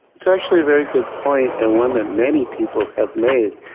that's actually a very good point and one that many people have made.